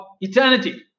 eternity